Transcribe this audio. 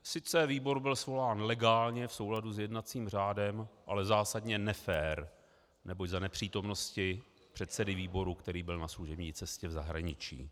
Sice výbor byl svolán legálně v souladu s jednacím řádem, ale zásadně nefér, neboť za nepřítomnosti předsedy výboru, který byl na služební cestě v zahraničí.